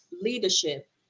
leadership